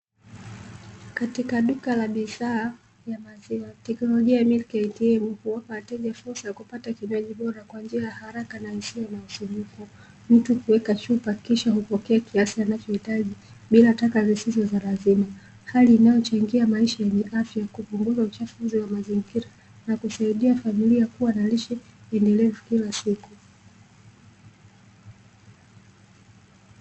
Katika duka la bidhaa ya maziwa "teknolojia milki ya ATM", huwapa wateja fursa ya kupata kinywaji bora kwa njia ya haraka na isiyo na usumbufu, mtu kuweka chupa kisha hupokea kiasi anachohitaji bila taka zisizo za lazima. Hali inayochangia maisha yenye afya ya kupunguza uchafuzi wa mazingira na kusaidia familia kuwa na lishe endelevu kila siku.